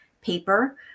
paper